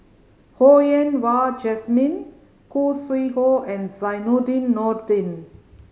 Ho Yen Wah Jesmine Khoo Sui Hoe and Zainudin Nordin